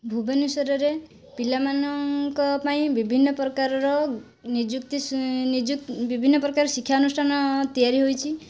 ଭୁବନେଶ୍ୱରରେ ପିଲାମାନଙ୍କ ପାଇଁ ବିଭିନ୍ନ ପ୍ରକାରର ନିଯୁକ୍ତି ବିଭିନ୍ନ ପ୍ରକାରର ଶିକ୍ଷା ଅନୁଷ୍ଠାନ ତିଆରି ହୋଇଛି